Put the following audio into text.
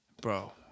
Bro